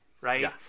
right